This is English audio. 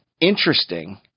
interesting